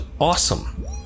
awesome